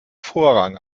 vorrang